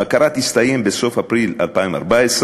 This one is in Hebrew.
הבקרה תסתיים בסוף אפריל 2014,